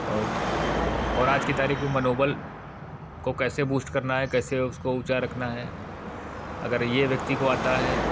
और और आज की तारीख में मनोबल को कैसे बूस्ट करना है कैसे उसको ऊँचा रखना है अगर यह व्यक्ति को आता है